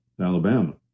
Alabama